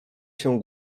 się